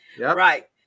Right